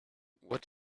what